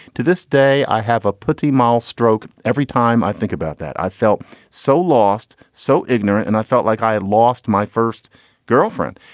to this day, i have a pretty mild stroke. every time i think about that, i felt so lost, so ignorant, and i felt like i had lost my first girlfriend.